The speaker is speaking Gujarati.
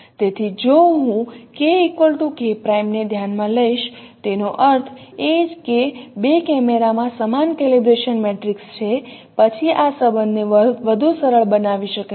તેથી હવે જો હું K K 'ને ધ્યાનમાં લઈશ તેનો અર્થ એ કે બે કેમેરામાં સમાન કેલિબ્રેશન મેટ્રિક્સ છે પછી આ સંબંધને વધુ સરળ બનાવી શકાય છે